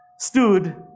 stood